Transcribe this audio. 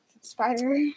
Spider